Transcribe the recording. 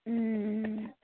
ಹ್ಞೂ ಹ್ಞೂ